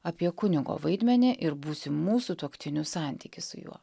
apie kunigo vaidmenį ir būsimų sutuoktinių santykį su juo